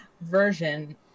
version